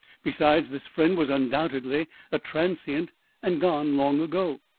besides, this friend was undoubtedly a transient and gone long ago.